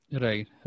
Right